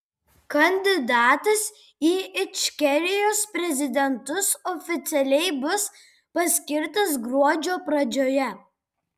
kandidatas į ičkerijos prezidentus oficialiai bus paskirtas gruodžio pradžioje